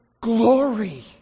glory